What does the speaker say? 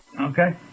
okay